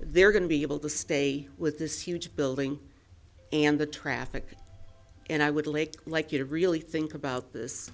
they're going to be able to stay with this huge building and the traffic and i would like like you to really think about this